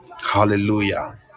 Hallelujah